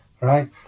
Right